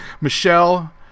Michelle